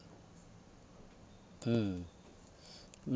mm